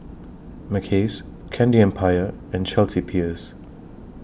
Mackays Candy Empire and Chelsea Peers